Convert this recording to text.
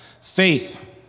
Faith